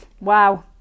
Wow